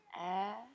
air